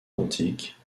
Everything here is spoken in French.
antique